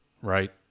right